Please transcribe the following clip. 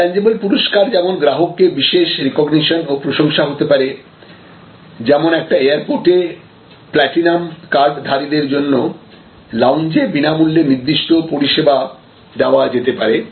intangible পুরস্কার যেমন গ্রাহককে বিশেষ রিকগনিশন ও প্রশংসা হতে পারে যেমন একটা এয়ারপোর্টে প্লাটিনাম কার্ডধারীদের জন্য লাউঞ্জে বিনামূল্যে নির্দিষ্ট পরিষেবা দেওয়া যেতে পারে